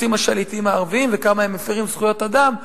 עושים השליטים הערבים וכמה הם מפירים זכויות אדם,